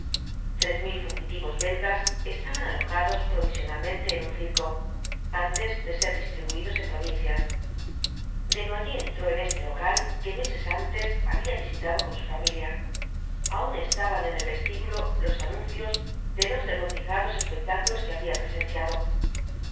tres mil fugitivos belgas estaban alojados provisionalmente en un circo antes de ser distribuidos en provincias desnoyers entró en este local que meses antes había visitado con su familia aun estaban en el vestíbulo los anuncios de los regocijados espectáculos que había presenciado